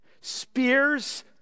Spears